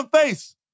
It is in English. face